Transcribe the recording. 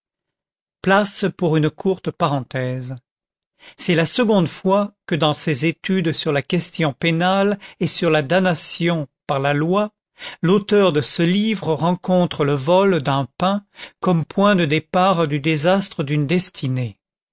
place pour une courte parenthèse c'est la seconde fois que dans ses études sur la question pénale et sur la damnation par la loi l'auteur de ce livre rencontre le vol d'un pain comme point de départ du désastre d'une destinée